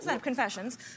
Confessions